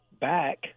back